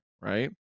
right